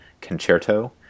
Concerto